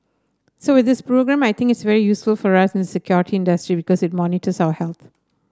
so with this programme I think it's very useful for us in the security industry because it monitors our health